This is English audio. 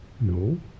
No